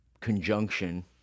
conjunction